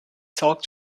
talk